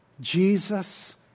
Jesus